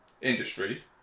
industry